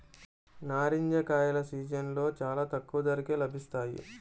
నారింజ కాయల సీజన్లో చాలా తక్కువ ధరకే లభిస్తాయి